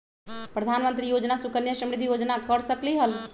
प्रधानमंत्री योजना सुकन्या समृद्धि योजना कर सकलीहल?